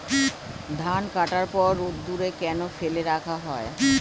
ধান কাটার পর রোদ্দুরে কেন ফেলে রাখা হয়?